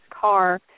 car